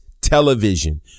television